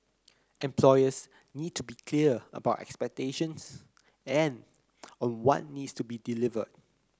employers will need to be clear about expectations and on what needs to be delivered